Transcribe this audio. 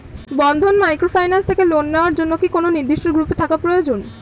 বন্ধন microfinance থেকে loan নেওয়ার জন্য কি কোন নির্দিষ্ট গ্রুপে থাকা প্রয়োজন?